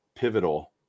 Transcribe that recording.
pivotal